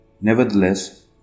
Nevertheless